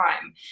time